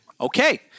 Okay